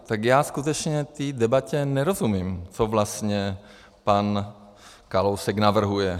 Tak skutečně té debatě nerozumím, co vlastně pan Kalousek navrhuje.